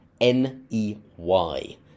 N-E-Y